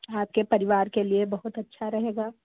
आपके परिवार के लिए बहुत अच्छा रहेगा